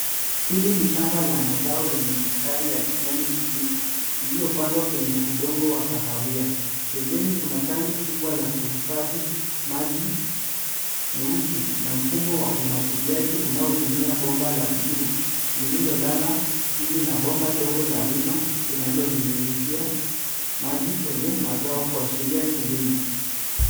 Hili ni shamba la mazao yenye mistari ya kijani kibichi iliyopandwa kwenye udongo la kahawia. Pembeni kuna tanki kubwa la kuhifadhimai meusi na mfumo wa umwagiliaji linalotumia bomba la buluu lililolala chini na bomba dogo la wima linalolinyunyizia maji kwenye mazao kuashiria kilimo.